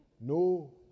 No